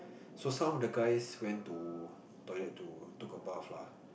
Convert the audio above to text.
so some of the guys went to toilet to took a bath lah